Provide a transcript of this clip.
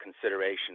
consideration